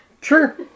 Sure